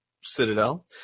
Citadel